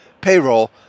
payroll